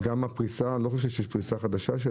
אני לא חושב שיש פריסה חדשה.